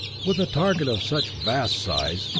with a target of such vast size,